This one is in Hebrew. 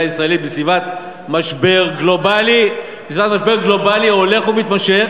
הישראלית בסביבת משבר גלובלי הולך ומתמשך,